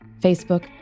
Facebook